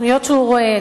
תוכניות שהוא רואה,